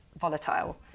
volatile